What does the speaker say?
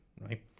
Right